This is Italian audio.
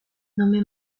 nome